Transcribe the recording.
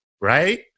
right